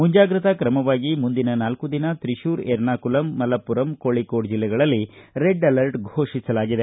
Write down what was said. ಮುಂಜಾಗ್ರತಾ ಕ್ರಮವಾಗಿ ಮುಂದಿನ ನಾಲ್ಕು ದಿನ ತ್ರಿಕೂರ್ ಎರ್ನಾಕುಲಮ್ ಮಲಪ್ಪುರಂ ಕೋಳಿಕೋಡ್ ಜಿಲ್ಲೆಗಳಲ್ಲಿ ರೆಡ್ ಅಲರ್ಟ್ ಫೋಷಿಸಲಾಗಿದೆ